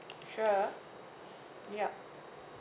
sure yup